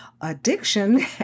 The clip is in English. Addiction